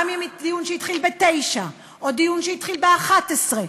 גם דיון שהתחיל ב-09:00,